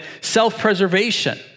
self-preservation